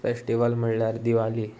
festival म्हळ्यार दिवाली